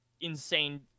insane